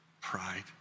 pride